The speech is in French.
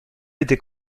était